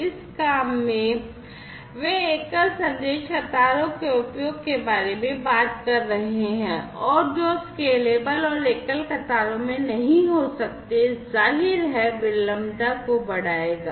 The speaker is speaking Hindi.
इस काम में वे एकल संदेश कतारों के उपयोग के बारे में बात कर रहे हैं और जो स्केलेबल और एकल कतारों में नहीं हो सकते हैं जाहिर है विलंबता को बढ़ाएगा